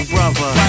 Brother